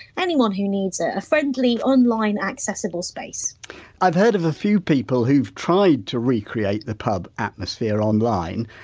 anyone who needs a a friendly online accessible space i've heard of a few people who've tried to recreate the pub atmosphere online,